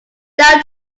down